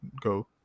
go